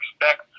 expect